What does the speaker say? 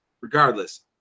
regardless